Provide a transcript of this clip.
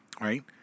Right